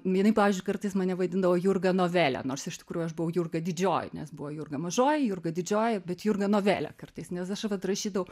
jinai pavyzdžiui kartais mane vaidindavo jurga novele nors iš tikrųjų aš buvau jurga didžioji nes buvo jurga mažoji jurga didžioji bet jurga novelė kartais nes aš vat rašydavau